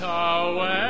away